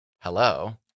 Hello